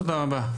תודה רבה.